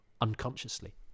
unconsciously